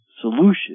solution